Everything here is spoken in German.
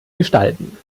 gestalten